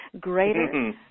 greater